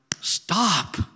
stop